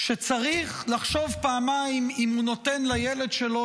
שצריך לחשוב פעמיים אם הוא נותן לילד שלו